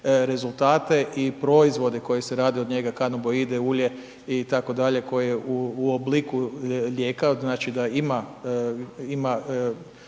rezultate i proizvode koji se rade od njega kanaboide, ulje itd. koje u obliku lijeka, znači da ima,